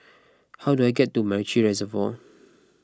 how do I get to MacRitchie Reservoir